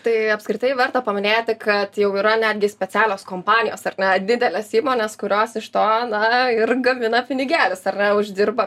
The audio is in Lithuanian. tai apskritai verta paminėti kad jau yra netgi specialios kompanijos ar ne didelės įmonės kurios iš to na ir gamina pinigėlius ar ne uždirba